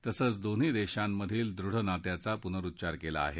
तसंच दोन्ही देशांमधील दृढ नात्याचा पुनर्रुच्चार केला आहे